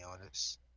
honest